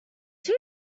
two